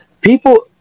people